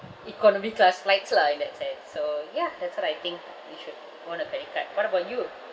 economy class flights lah in that sense so ya that's what I think you should own a credit card what about you